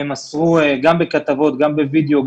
והם מסרו גם בכתבות וגם בווידיאו,